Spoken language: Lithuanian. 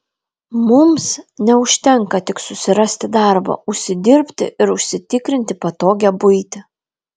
mums neužtenka tik susirasti darbą užsidirbti ir užsitikrinti patogią buitį